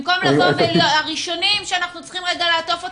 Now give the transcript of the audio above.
במקום לבוא ולהיות הראשונים שאנחנו צריכים לעטוף אותם,